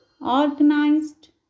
organized